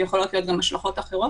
ויכולות להיות גם השלכות אחרות